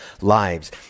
lives